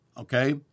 okay